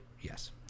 yes